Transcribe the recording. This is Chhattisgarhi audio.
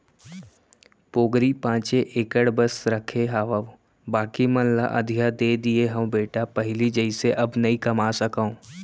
पोगरी पॉंचे एकड़ बस रखे हावव बाकी मन ल अधिया दे दिये हँव बेटा पहिली जइसे अब नइ कमा सकव